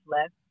left